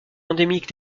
endémique